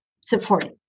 supporting